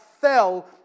fell